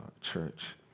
Church